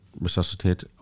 resuscitate